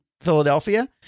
Philadelphia